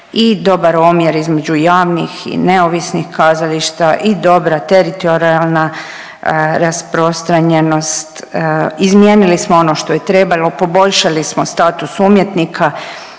i dobar omjer između javnih i neovisnih kazališta i dobra teritorijalna rasprostranjenost, izmijenili smo ono što je trebalo, poboljšali smo status umjetnika,